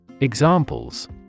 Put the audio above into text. Examples